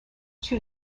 two